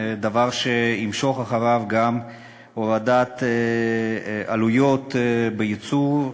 דבר שימשוך אחריו גם הורדת עלויות בייצור,